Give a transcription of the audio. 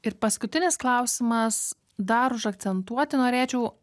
ir paskutinis klausimas dar užakcentuoti norėčiau